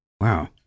Wow